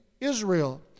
Israel